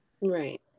Right